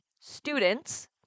students